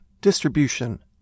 distribution